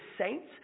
saints